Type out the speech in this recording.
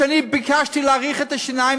כשאני ביקשתי להאריך את טיפולי השיניים,